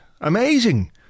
Amazing